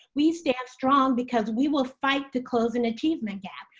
we stand strong because we will fight the close an achievement gap.